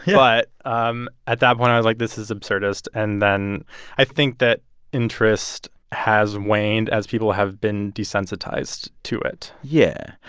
yeah but um at that point, i was like, this is absurdist. and then i think that interest has waned as people have been desensitized to it yeah.